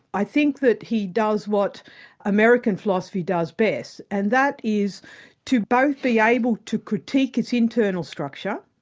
i think that he does what american philosophy does best, and that is to both be able to critique its internal structure